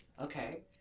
Okay